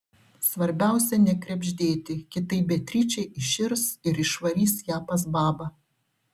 svarbiausia nekrebždėti kitaip beatričė įširs ir išvarys ją pas babą